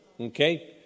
okay